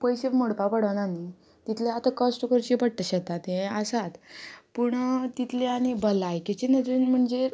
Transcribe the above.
पयशे मोडपा पडना न्ही तितलें आतां कश्ट करचें पडटा शेतात हें आसात पूण तितलें आनी भलायकेचे नदरेन म्हणजे